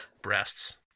breasts